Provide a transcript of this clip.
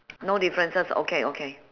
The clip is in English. no differences okay okay